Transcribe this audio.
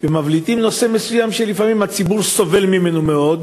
ומבליטים נושא מסוים שלפעמים הציבור סובל ממנו מאוד,